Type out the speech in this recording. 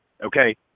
Okay